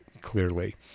clearly